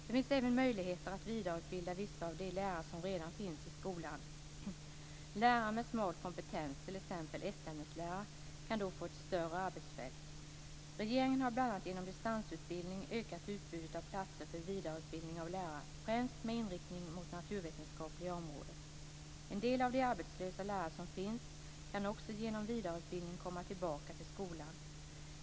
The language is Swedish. Det finns även möjligheter att vidareutbilda vissa av de lärare som redan finns i skolan. Lärare med smal kompetens, t.ex. ettämneslärare, kan då få ett större arbetsfält. Regeringen har bl.a. genom distansutbildning ökat utbudet av platser för vidareutbildning av lärare, främst med inriktning mot det naturvetenskapliga området. En del av de arbetslösa lärare som finns kan också genom vidareutbildning komma tillbaka till skolan.